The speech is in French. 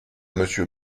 monsieur